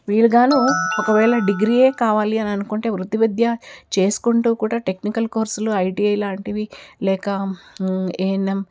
వీళ్ళుగాను ఒకవేళ డిగ్రీయే కావాలి అని అనుకుంటే వృత్తి విద్యా చేసుకుంటూ కూడా టెక్నికల్ కోర్సులు ఐటిఐ లాంటివి లేక ఏఎన్ఎం